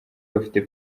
bafite